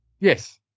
Yes